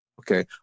Okay